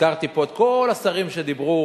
הזכרתי פה את כל השרים שדיברו,